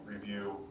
review